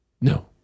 No